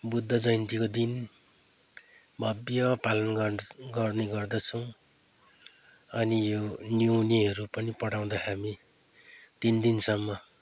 बुद्ध जयन्तीको दिन भव्य पालन गर् गर्ने गर्दछौँ अनि यो न्युनेहरू पनि पढाउँदा हामी तिन दिनसम्म